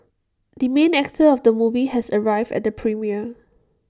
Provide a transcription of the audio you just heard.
the main actor of the movie has arrived at the premiere